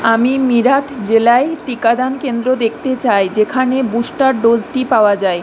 আমি মিরাট জেলায় টিকাদান কেন্দ্র দেখতে চাই যেখানে বুস্টার ডোসটি পাওয়া যায়